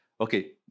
Okay